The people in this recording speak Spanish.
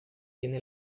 tiene